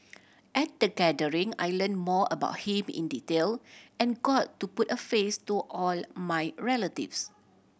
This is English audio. at the gathering I learnt more about him in detail and got to put a face to all my relatives